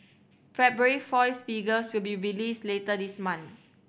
February foils figures will be released later this month